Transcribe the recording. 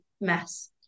mess